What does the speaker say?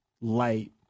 light